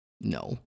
No